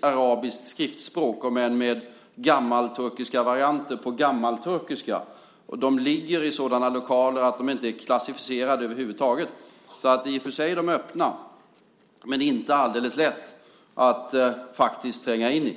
med arabisk skrift, om än med gammalturkiska varianter på gammalturkiska. Dessutom är de inte klassificerade över huvud taget. De är alltså öppna men inte alldeles lätta att tränga in i.